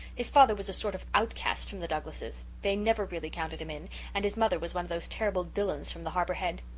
his father was a sort of outcast from the douglases they never really counted him in and his mother was one of those terrible dillons from the harbour head.